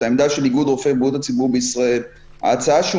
זאת העמדה של איגוד רופאי בריאות הציבור